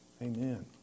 Amen